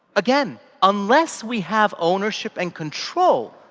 again, unless we have ownership and control,